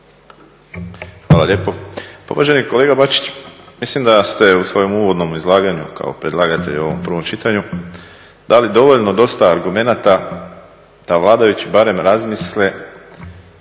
Hvala lijepo. Pa uvaženi kolega Bačić mislim da ste u svojem uvodnom izlaganju kao predlagatelj u ovom prvom čitanju dali dovoljno dosta argumenata da vladajući barem razmisle